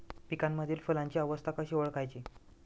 पिकांमधील फुलांची अवस्था कशी ओळखायची?